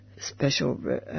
special